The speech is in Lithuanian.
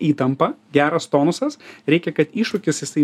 įtampa geras tonusas reikia kad iššūkis jisai